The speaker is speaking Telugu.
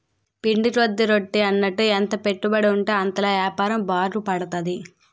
పిండి కొద్ది రొట్టి అన్నట్టు ఎంత పెట్టుబడుంటే అంతలా యాపారం బాగుపడతది